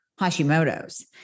Hashimoto's